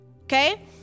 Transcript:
Okay